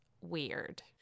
weird